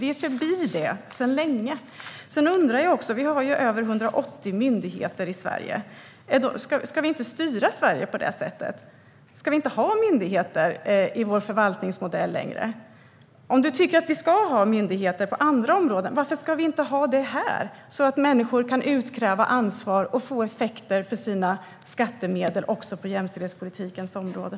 Vi är förbi det sedan länge. Vi har över 180 myndigheter i Sverige. Ska vi inte styra Sverige på det sättet? Ska vi inte ha myndigheter i vår förvaltningsmodell längre? Om du tycker att vi ska ha myndigheter på andra områden, varför ska vi då inte ha det här, så att människor kan utkräva ansvar och få effekter för sina skattemedel också på jämställdhetspolitikens område?